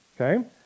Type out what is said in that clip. Okay